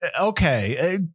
Okay